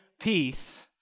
peace